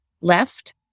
left